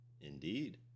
Indeed